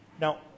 Now